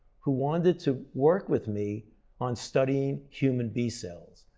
who wanted to work with me on studying human b-cells.